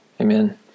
Amen